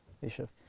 Bishop